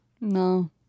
No